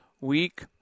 week